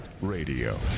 Radio